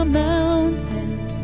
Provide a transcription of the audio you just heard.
mountains